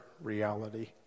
reality